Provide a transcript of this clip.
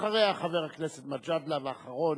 אחריה, חבר הכנסת מג'אדלה, ואחרון,